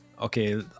okay